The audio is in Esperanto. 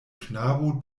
knabo